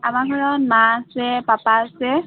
আমাৰ ঘৰত মা আছে পাপা আছে